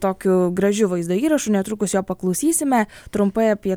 tokiu gražiu vaizdo įrašu netrukus jo paklausysime trumpai apie